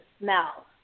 smell